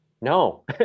No